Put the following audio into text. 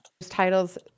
titles